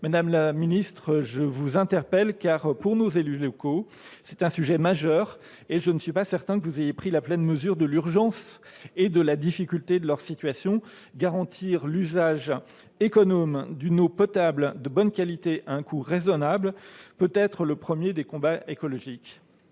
car il s'agit d'un enjeu majeur pour nos élus locaux. Je ne suis pas certain que vous ayez pris la pleine mesure de l'urgence et de la difficulté de leur situation. Garantir l'usage économe d'une eau potable de bonne qualité, à un coût raisonnable, est peut-être le premier des combats écologiques.